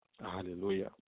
Hallelujah